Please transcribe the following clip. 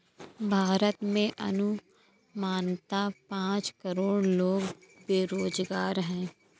भारत में अनुमानतः पांच करोड़ लोग बेरोज़गार है